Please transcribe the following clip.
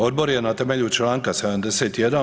Odbor je na temelju čl. 71.